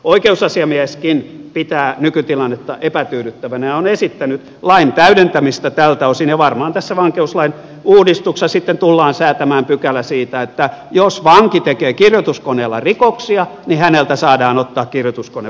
oikeusasiamieskin pitää nykytilannetta epätyydyttävänä ja on esittänyt lain täydentämistä tältä osin ja varmaan tässä vankeuslain uudistuksessa sitten tullaan säätämään pykälä siitä että jos vanki tekee kirjoituskoneella rikoksia niin häneltä saadaan ottaa kirjoituskone vankilassa pois